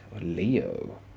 Leo